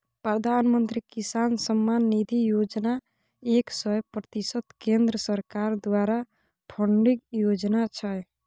प्रधानमंत्री किसान सम्मान निधि योजना एक सय प्रतिशत केंद्र सरकार द्वारा फंडिंग योजना छै